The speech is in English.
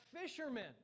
fishermen